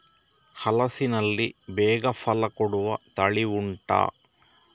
ಹಲಸಿನಲ್ಲಿ ಬೇಗ ಫಲ ಕೊಡುವ ತಳಿ ಉಂಟಾ